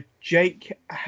jake